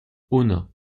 uno